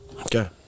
okay